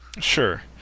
Sure